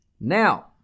Now